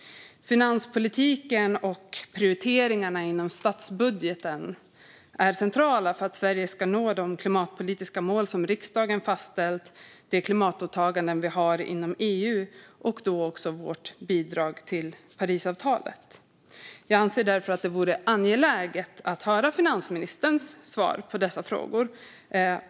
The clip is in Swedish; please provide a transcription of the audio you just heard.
Finanspolitiken och prioriteringarna inom statsbudgeten är centrala för att Sverige ska nå de klimatpolitiska mål som riksdagen fastställt, det klimatåtagande vi har inom EU och vårt bidrag till att klara Parisavtalet. Jag anser därför att det vore angeläget att höra finansministerns svar på dessa frågor.